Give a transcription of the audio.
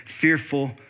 fearful